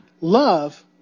love